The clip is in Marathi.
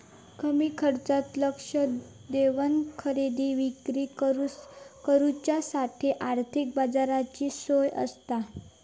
कमी खर्चात लक्ष देवन खरेदी विक्री करुच्यासाठी आर्थिक बाजाराची सोय आसता